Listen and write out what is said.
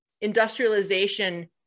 industrialization